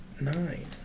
nine